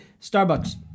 Starbucks